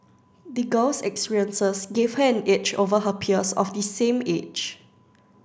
the girl's experiences gave her an edge over her peers of the same age